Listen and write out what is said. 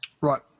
Right